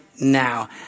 now